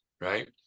right